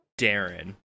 Darren